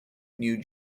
new